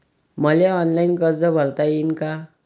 मले ऑनलाईन कर्ज भरता येईन का?